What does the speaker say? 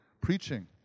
preaching